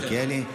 מיכאל מלכיאלי.